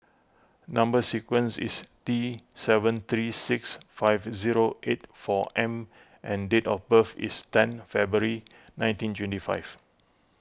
Number Sequence is T seven three six five zero eight four M and date of birth is ten February nineteen twenty five